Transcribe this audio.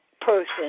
person